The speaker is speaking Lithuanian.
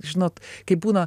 žinot kaip būna